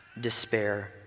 despair